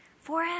Forever